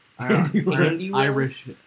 Irish